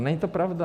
Není to pravda.